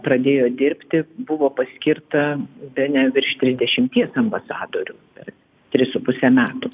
pradėjo dirbti buvo paskirta bene virš trisdešimties ambasadorių per tris su puse metų